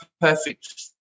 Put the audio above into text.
Perfect